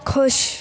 خوش